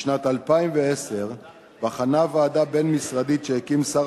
בשנת 2010 בחנה ועדה בין-משרדית שהקים שר